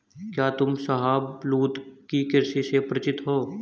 क्या तुम शाहबलूत की कृषि से परिचित हो?